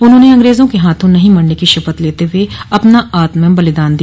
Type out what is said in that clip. उन्होंने अंग्रेजों के हाथों नहीं मरने की शपथ लेते हुए अपना आत्म बलिदान दिया